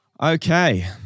Okay